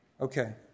Okay